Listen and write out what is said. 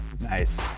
Nice